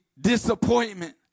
disappointment